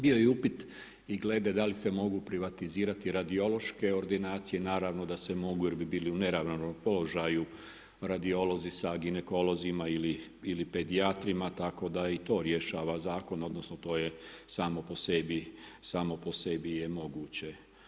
Bio je upit i glede da li se mogu privatizirati radiološke ordinacije, naravno da se mogu jer bi bili u neravnopravnom položaju radiolozi sa ginekolozima ili pedijatrima tako da i to rješava zakon odnosno to je samo po sebi moguće.